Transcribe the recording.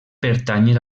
pertànyer